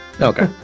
okay